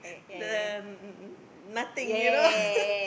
the nothing you know